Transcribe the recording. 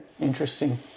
interesting